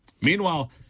Meanwhile